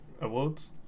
awards